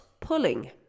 pulling